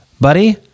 buddy